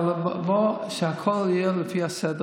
אבל שהכול יהיה לפי הסדר,